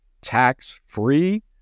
tax-free